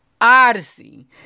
Odyssey